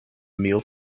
meal